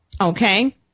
Okay